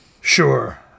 Sure